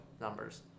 numbers